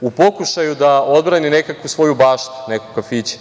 u pokušaju da odbrani nekakvu svoju baštu, nekog kafića,